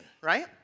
right